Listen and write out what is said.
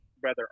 Brother